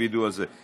תקפידו על זה.